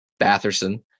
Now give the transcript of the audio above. Batherson